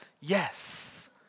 yes